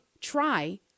try